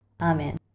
Amen